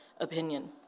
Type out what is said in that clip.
opinion